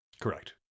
Correct